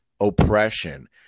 oppression